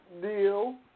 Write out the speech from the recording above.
deal